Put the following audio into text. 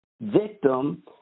victim